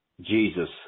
Jesus